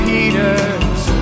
Peter's